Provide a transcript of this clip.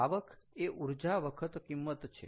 આવક એ ઊર્જા વખત કિંમત છે